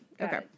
Okay